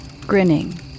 grinning